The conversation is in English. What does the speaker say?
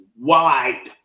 wide